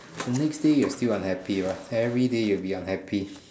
the next day you're still unhappy or every day you will be unhappy